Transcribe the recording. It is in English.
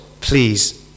please